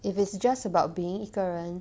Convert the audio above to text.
if it's just about being 一个人